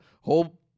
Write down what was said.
Whole